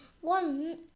one